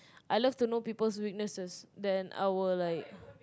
I love to know people's weaknesses then I will like